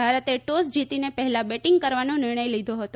ભારતે ટોસ જીતીને પહેલા બેટીંગ કરવાનો નિર્ણય લીધો હતો